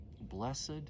Blessed